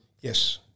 Yes